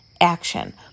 action